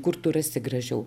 kur tu rasi gražiau